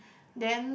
then